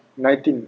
nineteen